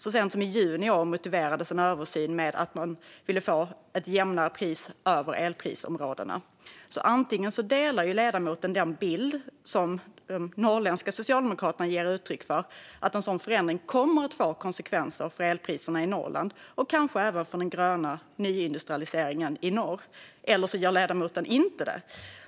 Så sent som i juni i år motiverades en översyn med att man ville få ett jämnare pris över elprisområdena. Antingen delar ledamoten bilden som de norrländska Socialdemokraterna ger uttryck för, alltså att en sådan förändring kommer att få konsekvenser för elpriserna i Norrland och kanske även för den gröna nyindustrialiseringen i norr, eller så gör ledamoten inte det.